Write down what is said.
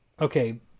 okay